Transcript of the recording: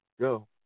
go